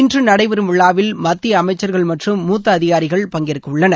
இன்று நடைபெறும் விழாவில் மத்திய அமைச்சர்கள் மற்றும் மூத்த அதிகாரிகள் பங்கேற்கவுள்ளனர்